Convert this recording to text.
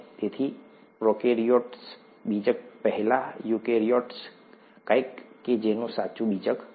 તેથી પ્રોકેરીયોટ બીજક પહેલા યુકેરીયોટ કંઈક કે જેનું સાચું બીજક છે